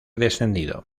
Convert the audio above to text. descendido